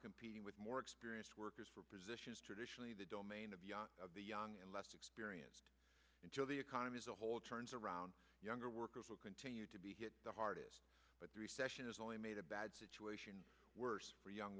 competing with more experienced workers for positions traditionally the domain of the young and less experienced until the economy as a whole turns around younger workers will continue to be hit the hardest but the recession has only made a bad situation worse for young